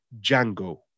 Django